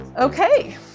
Okay